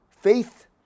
faith